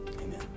Amen